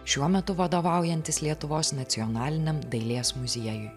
šiuo metu vadovaujantis lietuvos nacionaliniam dailės muziejui